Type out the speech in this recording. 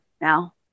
now